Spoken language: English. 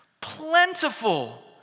Plentiful